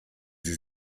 sie